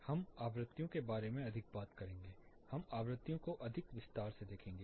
हम आवृत्ति के बारे में अधिक बात करेंगे हम आवृत्तियों को अधिक विस्तार से देखेंगे